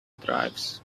drives